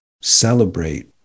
celebrate